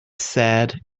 said